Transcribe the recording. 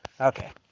Okay